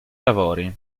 lavori